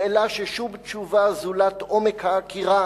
שאלה ששום תשובה זולת "עומק העקירה